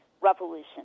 revolution